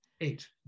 Eight